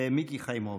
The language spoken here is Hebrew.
מיקי חיימוביץ'.